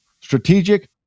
Strategic